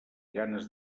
ganes